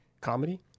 Comedy